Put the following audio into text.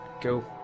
go